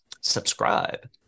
subscribe